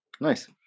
nice